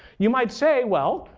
you might say, well,